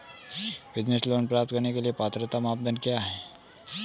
Business loan प्राप्त करने के लिए पात्रता मानदंड क्या हैं?